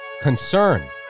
concern